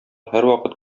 һәрвакыт